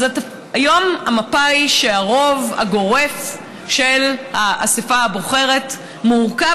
היום המפה היא שהרוב הגורף של האספה הבוחרת מורכב